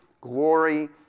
glory